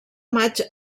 maig